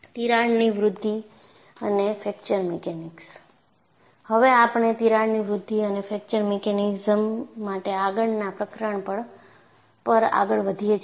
તિરાડની વૃદ્ધિ અને ફ્રેક્ર્ચર મીકેનીક્સ હવે આપણે તિરાડની વૃદ્ધિ અને ફ્રેક્ચર મિકેનિઝમ્સ માટે આગળના પ્રકરણ પર આગળ વધીએ છીએ